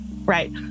right